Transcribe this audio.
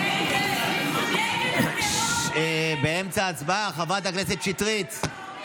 נגד הטרור, באמצע הצבעה, חברת הכנסת שטרית.